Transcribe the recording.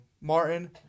Martin